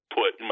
put